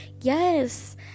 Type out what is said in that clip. Yes